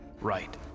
Right